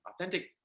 authentic